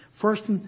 First